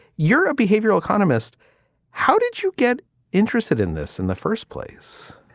you're a behavioral economist how did you get interested in this in the first place?